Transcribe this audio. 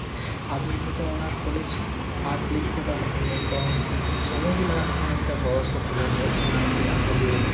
ᱟᱫᱚ ᱤᱱᱟᱹᱛᱮ ᱚᱱᱟ ᱠᱚᱞᱮᱡᱽ ᱯᱷᱟᱥ ᱞᱟᱹᱜᱤᱫ ᱛᱮᱫᱚ ᱵᱷᱟᱜᱮ ᱮᱠᱫᱚᱢ ᱥᱚᱢᱚᱭ ᱜᱮ ᱞᱟᱜᱟᱜ ᱠᱟᱱᱟ ᱮᱱᱛᱮᱫ ᱵᱚᱭᱚᱥ ᱦᱚᱸ ᱠᱩᱞᱟᱹᱣ ᱧᱚᱜᱚᱜ ᱠᱟᱱᱟ ᱟᱨᱦᱚᱸ ᱡᱮ